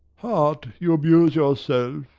heart, you abuse yourself.